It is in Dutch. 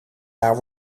daar